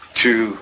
two